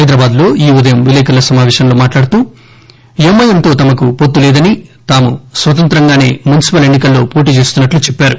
హైదరాబాద్లో ఈ ఉదయం విలేకరుల సమాపేశంలో మాట్లాడుతూ ఎంఐఎం తో తమకు వొత్తులేదని తాము స్వతంత్రంగానే మున్సిపల్ ఎన్ని కల్లో పోటీ చేస్తున్నట్లు చెప్పారు